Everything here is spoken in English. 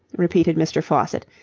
repeated mr. faucitt,